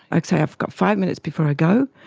i'd say i've got five minutes before i go,